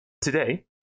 Today